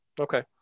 okay